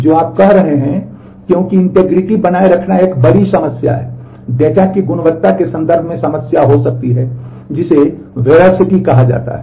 तो वे big data कहा जाता है